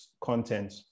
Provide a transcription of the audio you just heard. content